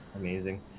amazing